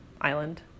island